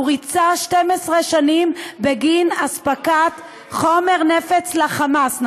הוא ריצה 12 שנים בגין אספקת חומר נפץ לחמאס,